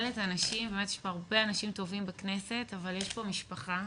באמת יש הרבה אנשים טובים בכנסת, אבל יש פה משפחה.